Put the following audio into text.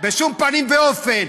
בשום פנים ואופן.